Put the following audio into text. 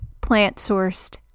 plant-sourced